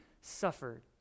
suffered